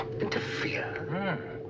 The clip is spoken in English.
Interfere